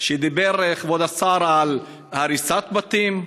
דיבר כבוד השר על הריסת בתים.